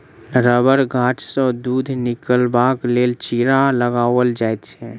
रबड़ गाछसँ दूध निकालबाक लेल चीरा लगाओल जाइत छै